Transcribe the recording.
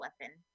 weapon